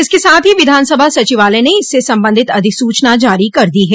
इसके साथ ही विधानसभा सचिवालय ने इससे संबंधित अधिसूचना जारी कर दी है